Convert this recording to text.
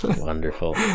Wonderful